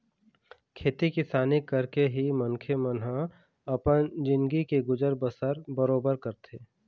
खेती किसानी करके ही मनखे मन ह अपन जिनगी के गुजर बसर बरोबर करथे